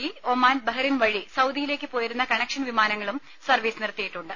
E Oman Bahrain വഴി സൌദിയിലേക്ക് പോയിരുന്ന കണക്ഷൻ വിമാനങ്ങളും സർവീസ് നിർത്തിയിട്ടുണ്ട്